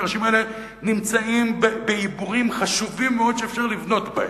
המגרשים האלה נמצאים בעיבורים חשובים מאוד שאפשר לבנות בהם.